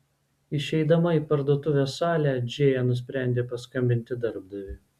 išeidama į parduotuvės salę džėja nusprendė paskambinti darbdaviui